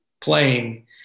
playing